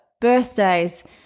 birthdays